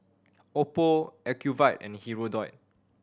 Oppo Ocuvite and Hirudoid